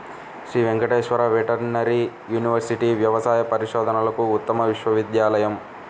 Shri Venkateswara veterinary university వ్యవసాయ పరిశోధనలకు ఉత్తమ విశ్వవిద్యాలయం